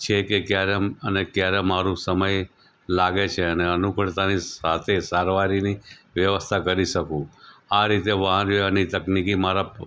છે કે ક્યારે મ અને ક્યારે મારો સમય લાગે છે અને અનુકૂળતાની સાથે સારવારની વ્યવસ્થા કરી શકું આ રીતે વાહન વ્યવહારની તકનિકી મારા પ